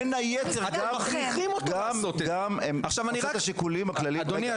בין היתר גם עושה את השיקולים הכלליים --- לא,